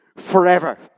forever